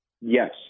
Yes